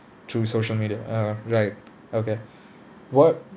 through social media err right okay what